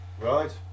right